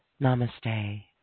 namaste